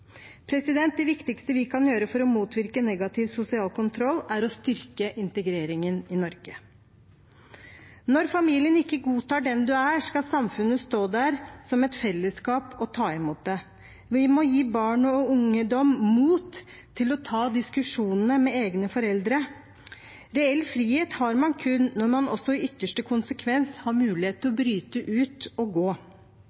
Det viktigste vi kan gjøre for å motvirke negativ sosial kontroll, er å styrke integreringen i Norge. Når familien ikke godtar den du er, skal samfunnet stå der som et fellesskap og ta imot dem. Vi må gi barn og ungdom mot til å ta diskusjonene med egne foreldre. Reell frihet har man kun når man også i ytterste konsekvens har mulighet til å bryte ut og gå. Hovedmotivasjonen for oss i disse forslagene er å